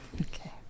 Okay